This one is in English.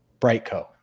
Brightco